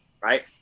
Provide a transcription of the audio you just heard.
right